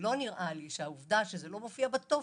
ולא נראה לי שהעובדה שזה לא מופיע בטופס